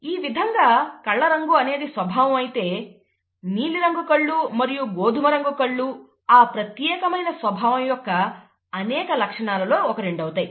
ఈ విధంగా కళ్ళ రంగు అనేది స్వభావం అయితే నీలి రంగు కళ్ళు మరియు గోధుమ రంగు కళ్ళు ఆ ప్రత్యేకమైన స్వభావం యొక్క అనేక లక్షణాలలో ఒక రెండు అవుతాయి